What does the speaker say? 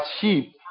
sheep